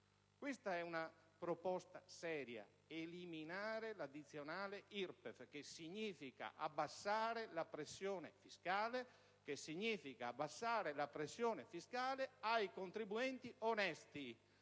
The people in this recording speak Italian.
Questa è una proposta seria: eliminare l'addizionale IRPEF, che significa abbassare la pressione fiscale per i contribuenti onesti.